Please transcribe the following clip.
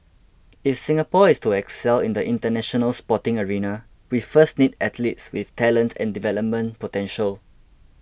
if Singapore is to excel in the International Sporting arena we first need athletes with talent and development potential